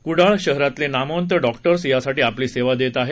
कुडाळ शहरातले नामवंत डॉक्टर्स यासाठी आपली सेवा देत आहेत